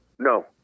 No